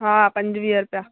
हा पंजवीह रुपया